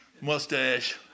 Mustache